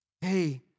hey